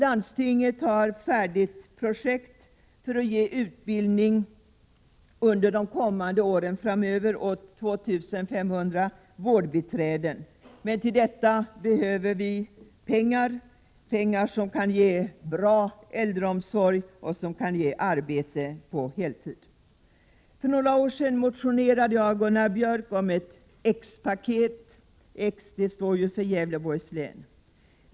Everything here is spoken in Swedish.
Landstinget har ett färdigt projekt för utbildning åt 2 500 vårdbiträden under de närmaste åren framöver. Men för detta ändamål behövs det pengar — pengar som alltså kan ge en bra äldreomsorg och arbete på heltid. För några år sedan motionerade jag och Gunnar Björk om ett X-paket. X står ju för Gävleborgs län.